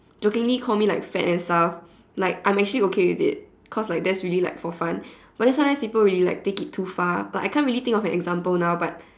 jokingly call me like fat and stuff like I'm actually okay with it cause like that's really like for fun but then sometimes people really like take it too far but I can't really think of an example now but